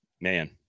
man